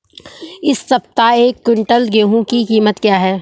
इस सप्ताह एक क्विंटल गेहूँ की कीमत क्या है?